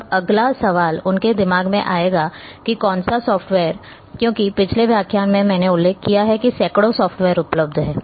अब अगला सवाल उनके दिमाग में आएगा कि कौन सा सॉफ्टवेयर क्योंकि पिछले व्याख्यान में मैंने उल्लेख किया है कि सैकड़ों सॉफ्टवेअर उपलब्ध हैं